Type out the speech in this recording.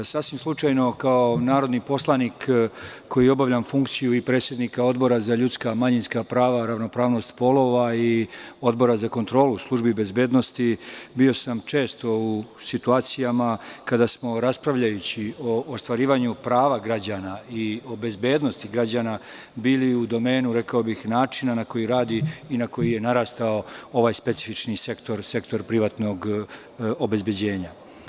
Sasvim slučajno kao narodni poslanik koji obavlja funkciju predsednika Odbora za ljudska, manjinska prava i ravnopravnost polova i Odbora za kontrolu službi bezbednosti, bio sam često u situacijama kada smo raspravljajući o ostvarivanju prava građana i o bezbednosti građana, bili u domenu načina na koji radi i na koji je narastao ovaj specifični sektor, sektor privatnog obezbeđenja.